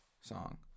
song